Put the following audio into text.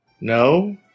No